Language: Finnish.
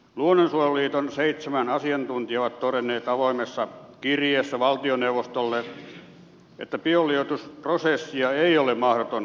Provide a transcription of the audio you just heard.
luonnonsuojeluliiton seitsemän asiantuntijaa ovat todenneet avoimessa kirjeessä valtioneuvostolle että bioliuotusprosessia ei ole mahdoton pysäyttää